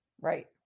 right